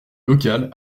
locale